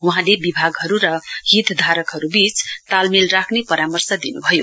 वहाँले विभागहरू र हितधारकहरूबीच तालमेल राख्ने परामर्श दिन्भयो